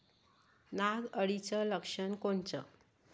नाग अळीचं लक्षण कोनचं?